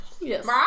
Yes